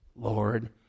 Lord